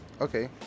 Okay